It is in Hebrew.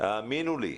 האמינו לי,